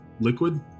liquid